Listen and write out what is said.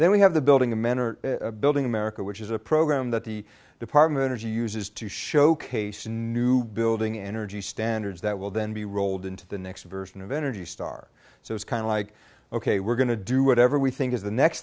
then we have the building the men are building america which is a program that the department of g uses to showcase new building energy standards that will then be rolled into the next version of energy star so it's kind of like ok we're going to do whatever we think is the next